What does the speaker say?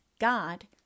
God